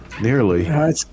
nearly